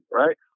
right